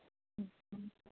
अच्छा